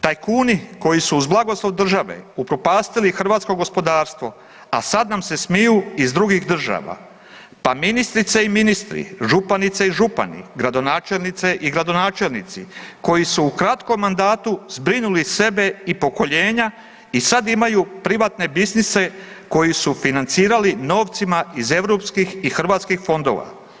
Tajkuni koji su uz blagoslov države upropastili hrvatskog gospodarstvo, a sad nam se smiju iz drugih država, pa ministrice i ministri, županice i župani, gradonačelnice i gradonačelnici koji su u kratkom mandatu zbrinuli sebe i pokoljenja i sad imaju privatne biznise koji su financirali novcima iz europskih i hrvatskih fondova.